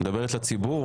את מדברת לציבור.